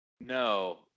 no